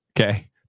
okay